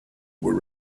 were